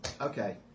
Okay